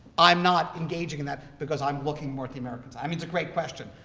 i'm not engaging in that because i'm looking more to the americans. i mean, it's a great question.